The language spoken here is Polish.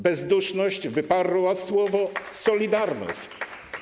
Bezduszność wyparła słowo: solidarność.